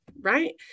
right